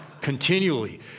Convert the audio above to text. continually